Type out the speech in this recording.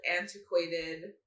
antiquated